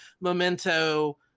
Memento